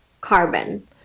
carbon